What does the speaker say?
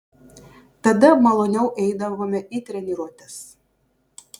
tada maloniau eidavome į treniruotes